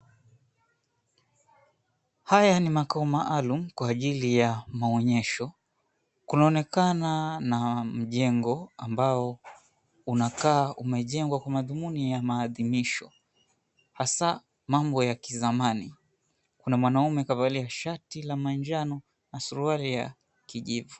Haya ni makao maalum kwa ajili ya maonyesho. Kunaonekana na mjengo ambao unaonekana umejengwa kwa madhumuni ya maadhimisho; hasa mambo ya kizamani. Kuna mwanaume kavalia shati la manjano na suruali ya kijivu.